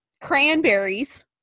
cranberries